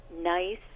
Nice